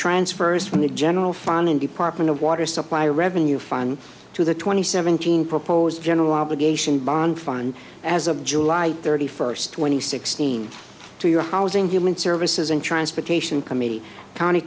transfers from the general fund and department of water supply revenue fun to the twenty seventeen proposed general obligation bond fund as of july thirty first twenty sixteen two your housing human services and transportation committee county